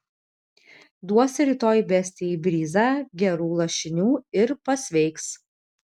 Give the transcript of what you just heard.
duosi rytoj bestijai bryzą gerų lašinių ir pasveiks